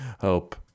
hope